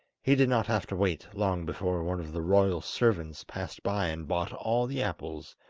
he did not have to wait long before one of the royal servants passed by and bought all the apples,